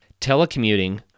Telecommuting